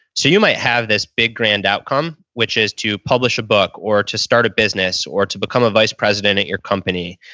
so, you might have this big grand outcome, which is to publish a book or to start a business or to become a vice president at your company,